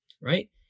right